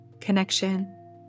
connection